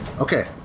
Okay